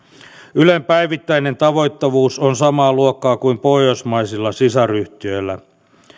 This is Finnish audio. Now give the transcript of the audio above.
ylen päivittäinen tavoittavuus on samaa luokkaa kuin pohjoismaisilla sisaryhtiöillä